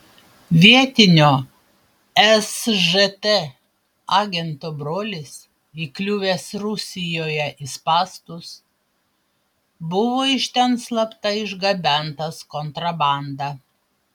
vietinio sžt agento brolis įkliuvęs rusijoje į spąstus buvo iš ten slapta išgabentas kontrabanda